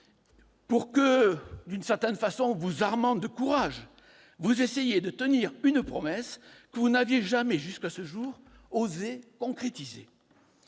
pour que, vous armant de courage, vous essayiez de tenir une promesse que vous n'aviez jamais jusqu'à ce jour osé concrétiser.